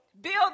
build